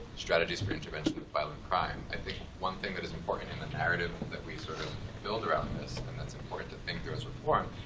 strategies for intervention of violent crime, i think one thing that is important in the narrative that we sort of build around this, and that's important to think through as reform,